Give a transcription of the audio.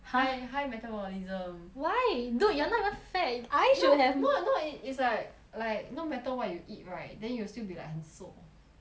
high high metabolism why dude you're not even fat I should have no no no it's like like no matter what you eat right then you'll still be like 很瘦